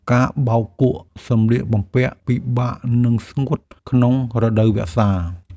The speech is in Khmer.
ការបោកគក់សម្លៀកបំពាក់ពិបាកនឹងស្ងួតក្នុងរដូវវស្សា។